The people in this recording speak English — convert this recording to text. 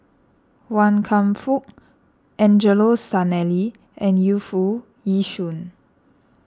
Wan Kam Fook Angelo Sanelli and Yu Foo Yee Shoon